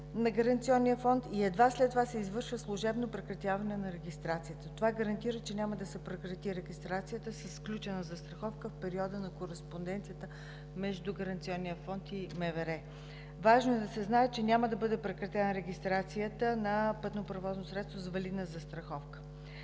на Гаранционния фонд и едва след това се извършва служебно прекратяване на регистрацията. Това гарантира, че няма да се прекрати регистрацията със сключена застраховка в периода на кореспонденцията между Гаранционния фонд и МВР. Важно е да се знае, че няма да бъде прекратена регистрацията на пътно превозно средство с валидна застраховка